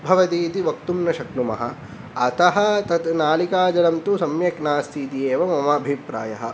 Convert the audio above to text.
भवतीति वक्तुं न शक्नुमः अतः तत् नालिकाजलं तु सम्यक् नास्ति इति एव मम अभिप्रायः